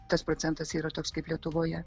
tas procentas yra toks kaip lietuvoje